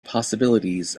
possibilities